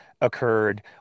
occurred